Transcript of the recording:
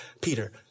Peter